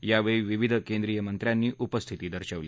या वेळी विविध केंद्रीय मंत्र्यांनी उपस्थिती दर्शवली